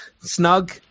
snug